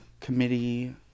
committee